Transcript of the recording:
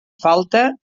falta